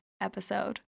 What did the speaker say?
episode